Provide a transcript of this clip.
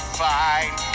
fine